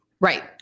Right